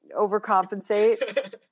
overcompensate